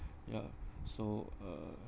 ya so uh